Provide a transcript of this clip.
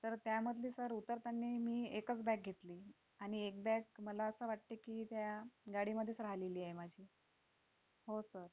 तर त्यामधली सर उतरताना मी एकच बॅग घेतली आणि एक बॅग मला असं वाटते की त्या गाडीमध्येच राहिलेली आहे माझी हो सर